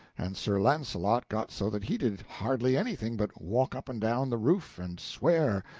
and sir launcelot got so that he did hardly anything but walk up and down the roof and swear,